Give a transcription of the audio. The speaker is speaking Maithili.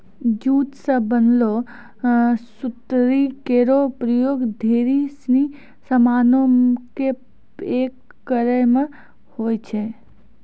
जूट सें बनलो सुतरी केरो प्रयोग ढेरी सिनी सामानो क पैक करय म होय छै